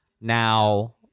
now